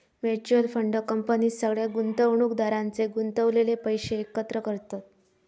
mutual fund company सगळ्या गुंतवणुकदारांचे गुंतवलेले पैशे एकत्र करतत